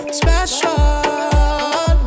special